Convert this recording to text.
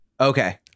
Okay